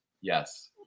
Yes